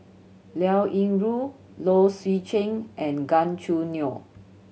Liao Yingru Low Swee Chen and Gan Choo Neo